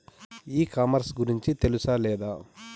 ఈ కామర్స్ గురించి తెలుసా లేదా?